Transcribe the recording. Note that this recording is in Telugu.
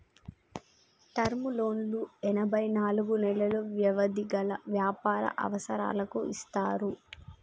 టర్మ్ లోన్లు ఎనభై నాలుగు నెలలు వ్యవధి గల వ్యాపార అవసరాలకు ఇస్తారు